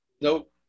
Nope